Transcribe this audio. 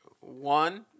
One